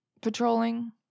patrolling